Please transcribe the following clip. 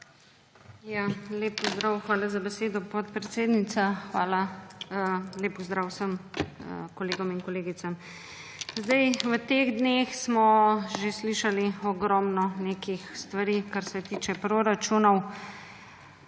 Lep pozdrav. Hvala za besedo, podpredsednica. Lep pozdrav vsem kolegom in kolegicam! V teh dneh smo že slišali ogromno nekih stvari, kar se tiče proračunov,